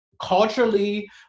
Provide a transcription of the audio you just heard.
culturally